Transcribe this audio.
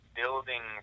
building